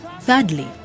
Thirdly